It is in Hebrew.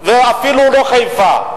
ואפילו לא חיפה.